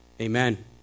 Amen